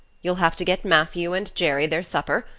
you'll have to get matthew and jerry their supper,